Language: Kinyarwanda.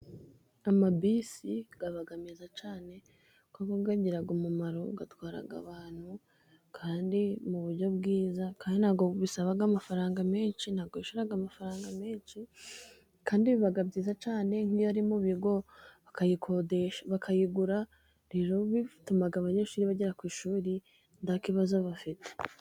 Amabisi aba meza cyane, kuko agira umumaro agatwara abantu kandi mu buryo bwiza, kandi ntabwo bisaba amafaranga menshi, ntabwo wishyura amafaranga menshi, kandi biba byiza cyane nk'iyo ari mu bigo bakayikodesha, bakayigura rero bituma abanyeshuri bagera ku ishuri nta kibazo bafite.